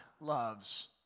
loves